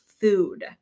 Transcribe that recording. food